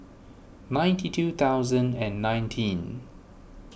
ninety two thousand and nineteen